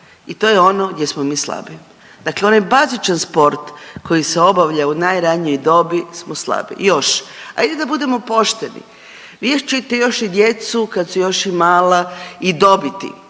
i to je ono gdje smo mi slabi. Dakle, onaj bazičan sport koji se obavlja u najranijoj dobi smo slabi još. Ajde da budemo pošteni vi ćete još i djecu kad su još i mala i dobiti